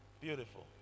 Beautiful